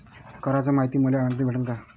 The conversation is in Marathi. कराच मायती मले बँकेतून भेटन का?